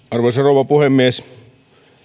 arvoisa rouva puhemies